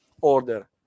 order